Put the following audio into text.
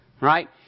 Right